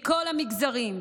מכל המגזרים,